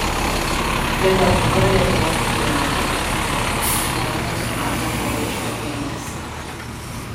tai tarpukario lietuvos diplomato patrioto broniaus kazio balučio eilės